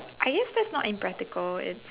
I guess that's not impractical its